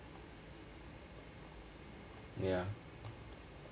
ya